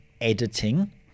editing